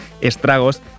estragos